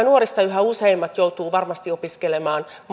nuorista yhä useammat joutuvat varmasti opiskelemaan